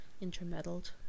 intermeddled